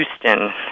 Houston